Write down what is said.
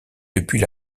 depuis